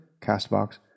CastBox